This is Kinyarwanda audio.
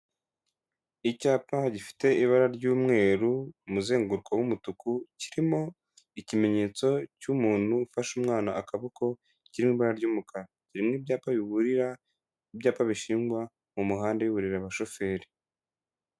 Icyapa gifite ibara ry'umweru, umuzenguruko w'umutuku, kirimo ikimenyetso cy'umuntu ufashe umwana akaboko, kiri mu ibara ry'umukara; kiri mu byapa biburira, ibyapa bishingwa mu muhanda biburira abashoferi.